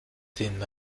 den